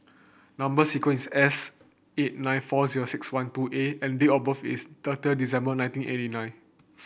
number sequence is S eight nine four zero six one two A and date of birth is thirty December nineteen eighty nine